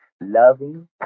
loving